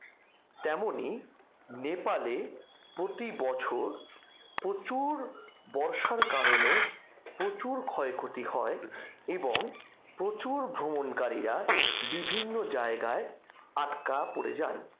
তেমনই নেপালে প্রতি বছর প্রচুর বর্ষার কারণে প্রচুর ক্ষয়ক্ষতি হয় এবং প্রচুর ভ্রমণকারীরা বিভিন্ন জায়গায় আটকা পড়ে যান